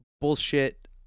bullshit